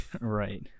right